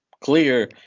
clear